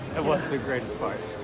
that wasn't the greatest part.